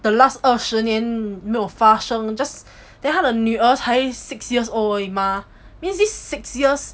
the last 二十年没有发生 just 他的女儿才 six years old mah means this six years